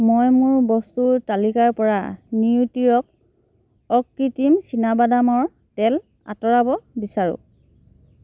মই মোৰ বস্তুৰ তালিকাৰপৰা নিউট্ৰিঅৰ্গ অকৃত্ৰিম চীনাবাদামৰ তেল আঁতৰাব বিচাৰোঁ